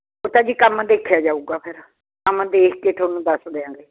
ਤੇ ਭਾਅ ਜੀ ਕੰਮ ਦੇਖਿਆ ਜਾਊਗਾ ਫਿਰ ਕੰਮ ਦੇਖ ਕੇ ਤੁਹਾਨੂੰ ਦੱਸ ਦਿਆਂਗੇ